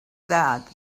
that